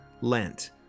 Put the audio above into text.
Lent